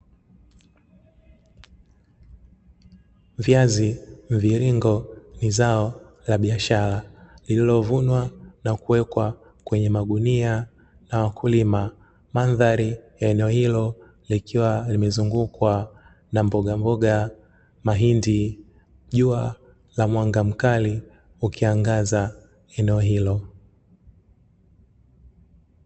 Viazi mviringo ni zao la biashara lililovunwa na kuwekwa kwenye magunia na wakulima, Mandhari ya eneo hilo likiwa limezungukwa na mboga, mahindi, jua la mwanga mkali ukiangaza eneo hilo.